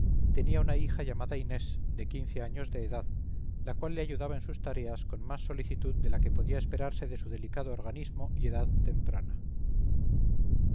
tenía una hija llamada inés de quince años de edad la cual le ayudaba en sus tareas con más solicitud de la que podía esperarse de su delicado organismo y edad temprana